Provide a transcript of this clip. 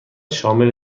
شامل